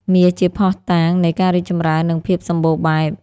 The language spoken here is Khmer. មាសជាភស្តុតាងនៃការរីកចម្រើន និងភាពសម្បូរបែប។